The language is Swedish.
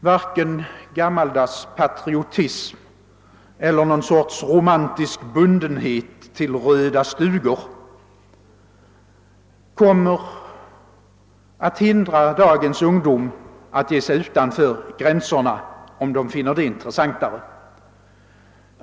Varken gammaldags patriotism eller något slags romantisk bundenhet till röda stugor kommer att hindra dagens unga människor från att ge sig utanför gränserna om de finner det intressant.